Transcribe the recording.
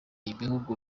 ibihugu